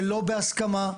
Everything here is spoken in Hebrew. שלא בהסכמה,